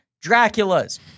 Dracula's